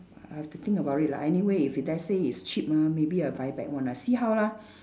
I have to think about it lah anyway if let's say it's cheap ah maybe I buy back one ah see how lah